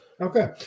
Okay